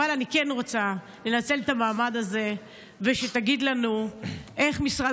אבל אני כן רוצה לנצל את המעמד הזה ושתגיד לנו איך משרד